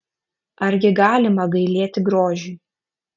argi galima gailėti grožiui